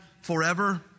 forever